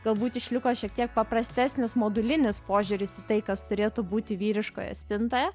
galbūt išliko šiek tiek paprastesnis modulinis požiūris į tai kas turėtų būti vyriškoje spintoje